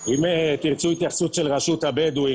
אנחנו מבינים שהמועצה היא הכתובת שתוכל לעזור לנו,